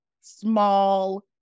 small